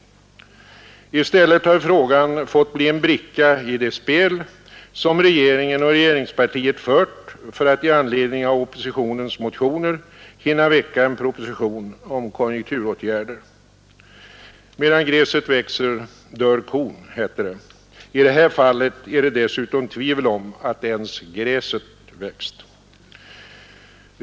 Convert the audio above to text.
I stället har frågan fått bli en bricka i det spel som regeringen och regeringspartiet drivit för att i anledning av oppositionens motioner hinna framlägga en proposition om konjunkturåtgärder. Medan gräset växer dör kon, heter det. I det här fallet är det dessutom tvivel om att ens gräset har växt.